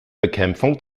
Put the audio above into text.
bekämpfung